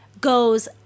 goes